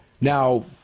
Now